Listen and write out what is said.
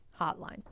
hotline